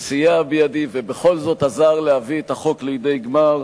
שסייע בידי ובכל זאת עזר להביא את החוק לידי גמר,